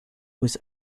was